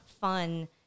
fun